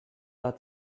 hat